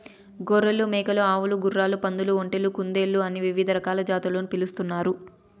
గొర్రెలు, మేకలు, ఆవులు, గుర్రాలు, పందులు, ఒంటెలు, కుందేళ్ళు అని వివిధ రకాల జాతులుగా పిలుస్తున్నారు